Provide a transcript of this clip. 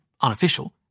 Unofficial